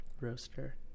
roaster